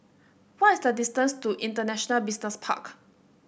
what is the distance to International Business Park